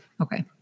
okay